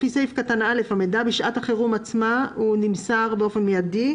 לפי תקנת משנה (א) המידע בשעת החירום נמסר באופן מיידי.